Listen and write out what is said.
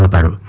that of